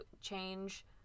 change